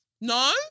no